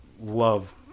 love